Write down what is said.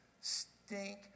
stink